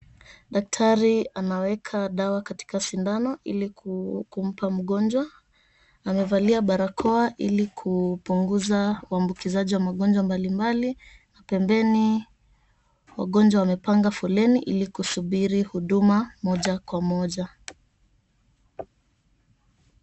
Daktari anaweka dawa katika sindano ili kumpa mgonjwa. Amevalia barakoa ili kupunguza uambukizaji wa magonjwa mbalimbali. Pembeni wagonjwa wamepanga foleni ili kusubiri huduma moja kwa moja.